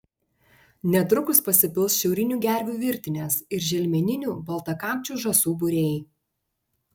netrukus pasipils šiaurinių gervių virtinės ir želmeninių baltakakčių žąsų būriai